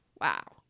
Wow